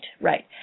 right